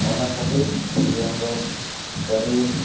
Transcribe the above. ᱚᱱᱟ ᱠᱷᱟᱹᱛᱤᱨ ᱡᱤᱭᱚᱱᱨᱮ ᱠᱟᱹᱨᱤ